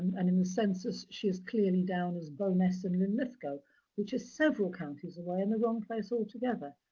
and in the census, she is clearly down as bo'ness and linlithgow which is several counties away in the wrong place altogether.